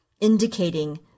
indicating